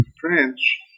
French